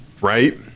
Right